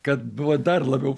kad buvo dar labiau